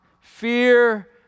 fear